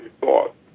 thought